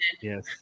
yes